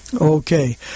Okay